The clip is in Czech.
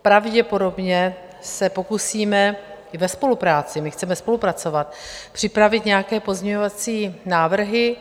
Pravděpodobně se pokusíme ve spolupráci, my chceme spolupracovat připravit nějaké pozměňovací návrhy.